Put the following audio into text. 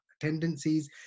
tendencies